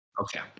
Okay